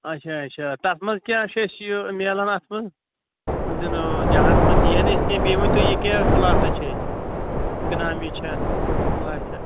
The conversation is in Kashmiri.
اَچھا اَچھا تَتھ منٛز کیٛاہ چھُ اَسہِ یہِ میلان اَتھ منٛز وۅنۍ زَن جَہازَس منٛز دِیہِ ہَن اَسہِ کیٚنٛہہ بیٚیہِ ؤنِو اَسہِ کہِ کتھ کٕلاسس چھِ أسۍ اِکنامی چھا کٕلاس چھا